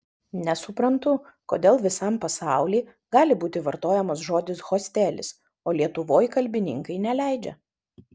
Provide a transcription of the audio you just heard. nesuprantu kodėl visam pasauly gali būti vartojamas žodis hostelis o lietuvoj kalbininkai neleidžia